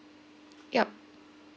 yup